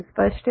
स्पष्ट है